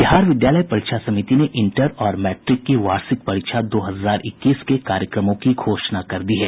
बिहार विद्यालय परीक्षा समिति ने इंटर और मैट्रिक की वार्षिक परीक्षा दो हजार इक्कीस के कार्यक्रमों की घोषणा कर दी है